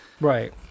Right